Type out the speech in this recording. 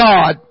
God